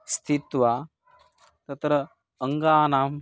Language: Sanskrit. स्थित्वा तत्र अङ्गानाम्